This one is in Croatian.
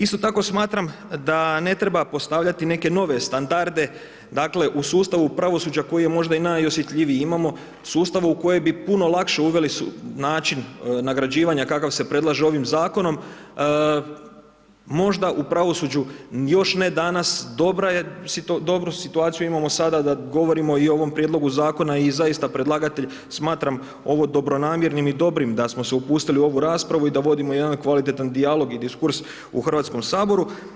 Isto tako smatram da ne treba postavljati neke nove standarde, dakle u sustavu pravosuđa koji je možda i najosjetljiviji, imamo sustav u koji bi puno lakše uveli način nagrađivanja kakav se predlaže ovim zakonom možda u pravosuđu još ne danas, dobru situaciju imamo sada da govorimo i o ovom prijedlogu zakona i zaista predlagatelj smatram ovo dobronamjernim i dobrim da smo se upustili u ovu raspravu i da vodimo jedan kvalitetan dijalog i diskurs u Hrvatskom saboru.